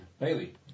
Bailey